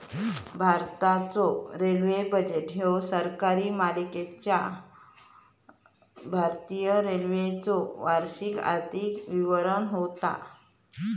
भारताचो railway budget ह्यो सरकारी मालकीच्यो भारतीय रेल्वेचो वार्षिक आर्थिक विवरण होता